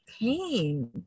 pain